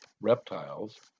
reptiles